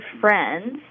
friends